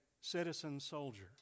citizen-soldier